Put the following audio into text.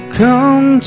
come